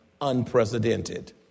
unprecedented